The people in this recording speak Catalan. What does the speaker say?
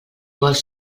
vols